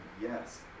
yes